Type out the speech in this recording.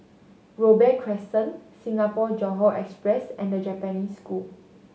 Robey Crescent Singapore Johore Express and The Japanese School